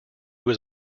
was